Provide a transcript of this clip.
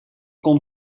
kon